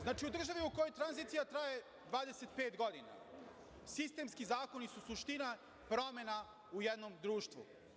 Znači, u državi u kojoj tranzicija traje 25 godina, sistemski zakoni su suština promena u jednom društvu.